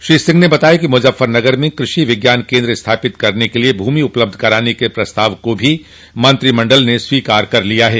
श्री सिंह ने बताया कि मुजफ्फरनगर में कृषि विज्ञान केन्द्र स्थापित करने के लिए भूमि उपलब्ध कराने के प्रस्ताव को भी मंत्रिमंडल ने स्वीकार कर लिया है